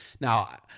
Now